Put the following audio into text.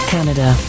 Canada